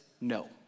no